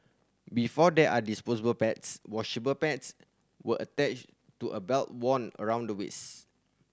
before there are disposable pads washable pads were attached to a belt worn around the waist